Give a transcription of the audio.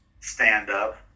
stand-up